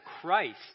Christ